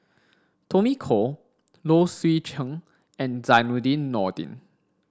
Tommy Koh Low Swee Chen and Zainudin Nordin